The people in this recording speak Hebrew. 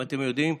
אם אתם יודעים,